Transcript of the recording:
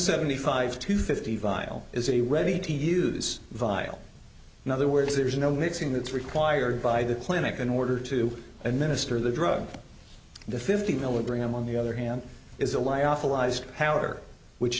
seventy five to fifty vial is a ready to use vial in other words there's no mixing that's required by the clinic in order to administer the drug the fifty milligram on the other hand is